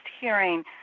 hearing